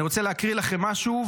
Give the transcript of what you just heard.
אני רוצה להקריא לכם משהו,